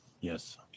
Yes